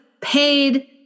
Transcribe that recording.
paid